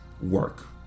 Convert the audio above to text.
work